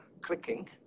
clicking